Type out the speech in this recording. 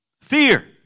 Fear